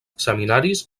seminaris